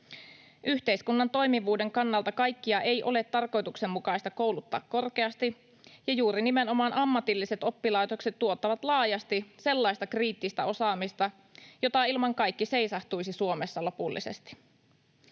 Yhteiskunnan toimivuuden kannalta kaikkia ei ole tarkoituksenmukaista kouluttaa korkeasti, ja juuri nimenomaan ammatilliset oppilaitokset tuottavat laajasti sellaista kriittistä osaamista, jota ilman kaikki seisahtuisi Suomessa lopullisesti.